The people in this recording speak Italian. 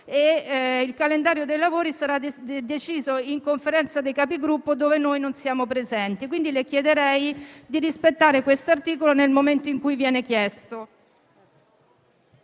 il calendario dei lavori sarà deciso in Conferenza dei Capigruppo, dove noi non siamo presenti. Le chiedo quindi di rispettare questo articolo, nel momento in cui viene avanzata